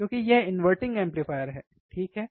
क्योंकि यह inverting amplifier है ठीक है